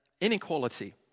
inequality